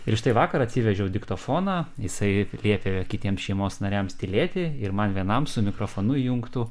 ir štai vakar atsivežiau diktofoną jisai liepė kitiem šeimos nariams tylėti ir man vienam su mikrofonu įjungtu